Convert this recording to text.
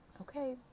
okay